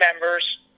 members